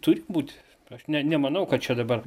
turi būti aš ne nemanau kad čia dabar